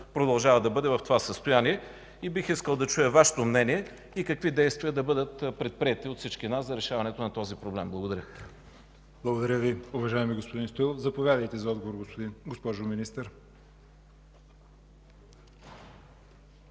продължава да бъде в това състояние. Бих искал да чуя Вашето мнение и какви действия да бъдат предприети от всички нас за решаването на този проблем? Благодаря Ви. ПРЕДСЕДАТЕЛ ЯВОР ХАЙТОВ: Благодаря Ви, уважаеми господин Стоилов. Заповядайте за отговор, госпожо министър.